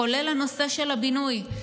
כולל הנושא של הבינוי,